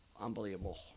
unbelievable